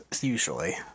usually